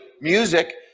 music